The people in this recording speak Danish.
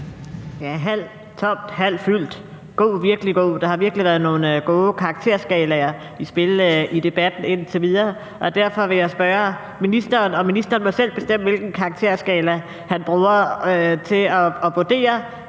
Halvt tomt eller halvt fyldt – der har virkelig været nogle gode karakterskalaer i spil i debatten indtil videre. Derfor vil jeg spørge ministeren – og ministeren må selv bestemme, hvilken karakterskala han bruger – om han vil vurdere